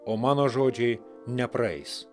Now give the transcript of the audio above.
o mano žodžiai nepraeis